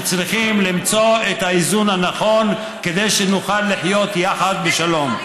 שצריכים למצוא את האיזון הנכון כדי שנוכל לחיות יחד בשלום.